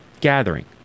gathering